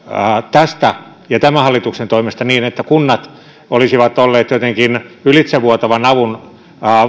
tämän hallituksen toimista niin että kunnat olisivat olleet jotenkin ylitsevuotavan avun